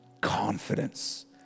confidence